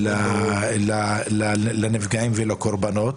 לנפגעים ולקורבנות,